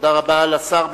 תודה רבה לשר.